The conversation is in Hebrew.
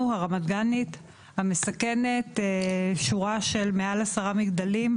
הרמת גנית המסכנת שורה של מעל 10 מגדלים,